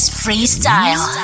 freestyle